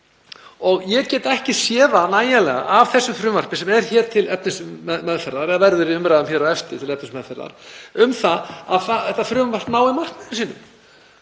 Ég get ekki séð nægjanlega af þessu frumvarpi sem er hér til efnismeðferðar, eða verður í umræðum hér á eftir til efnismeðferðar, að þetta frumvarp nái markmiðum sínum.